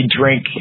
drink